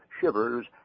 shivers